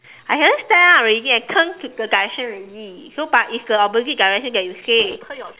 I haven't stand up already I turn to the direction already so but it's the opposite direction that you say